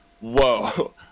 whoa